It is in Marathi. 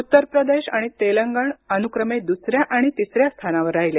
उत्तर प्रदेश आणि तेलंगण अनुक्रमे दुसऱ्या आणि तिसऱ्या स्थानावर राहिले